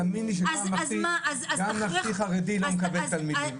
תאמיני לי שגם הממלכתי-חרדי לא מקבל תלמידים.